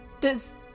Does-